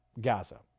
Gaza